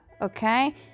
okay